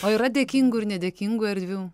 o yra dėkingų ir nedėkingų erdvių